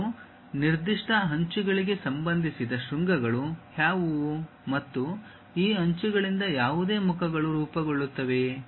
ಮತ್ತು ನಿರ್ದಿಷ್ಟ ಅಂಚುಗಳಿಗೆ ಸಂಬಂಧಿಸಿದ ಶೃಂಗಗಳು ಯಾವುವು ಮತ್ತು ಈ ಅಂಚುಗಳಿಂದ ಯಾವುದೇ ಮುಖಗಳು ರೂಪುಗೊಳ್ಳುತ್ತವೆಯೇ